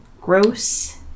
Gross